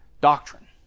Doctrine